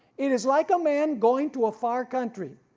it is like a man going to a far country,